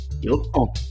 yo